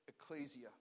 ecclesia